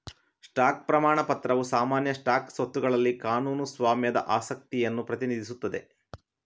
stock ಪ್ರಮಾಣ ಪತ್ರವು ಸಾಮಾನ್ಯ ಸ್ಟಾಕ್ ಸ್ವತ್ತುಗಳಲ್ಲಿ ಕಾನೂನು ಸ್ವಾಮ್ಯದ ಆಸಕ್ತಿಯನ್ನು ಪ್ರತಿನಿಧಿಸುತ್ತದೆ